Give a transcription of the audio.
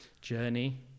journey